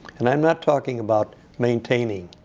and i'm not talking about maintaining,